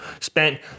spent